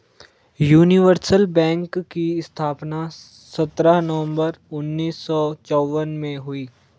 universal bank की स्थापना सत्रह नवंबर उन्नीस सौ चौवन में हुई थी